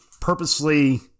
purposely